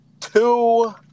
two